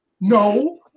No